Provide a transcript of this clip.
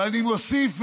ואני מוסיף ואומר,